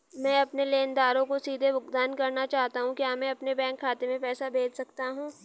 मैं अपने लेनदारों को सीधे भुगतान करना चाहता हूँ क्या मैं अपने बैंक खाते में पैसा भेज सकता हूँ?